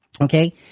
okay